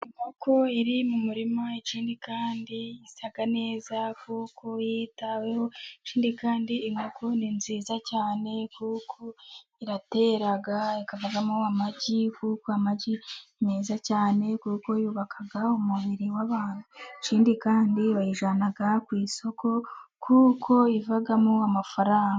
Ikoko iri mu murima, ikindi kandi isa neza kuko yitaweho, ikindi kandi inkoko ni nziza cyane, kuko iratera ikavamo amagi kuko amagi ni meza cyane, kuko yubaka umubiri w'abantu. Ikindi kandi bayijyana ku isoko, kuko ivamo amafaranga.